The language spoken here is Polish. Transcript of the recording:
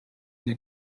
nie